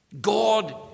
God